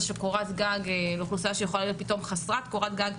של קורת גג לאוכלוסייה שיכולת להיות פתאום חסרת קורת גג,